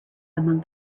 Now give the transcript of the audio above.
among